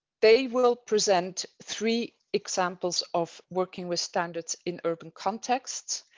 they will present three examples of working with standards in urban contexts,